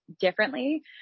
differently